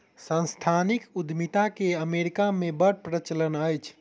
सांस्थानिक उद्यमिता के अमेरिका मे बड़ प्रचलन अछि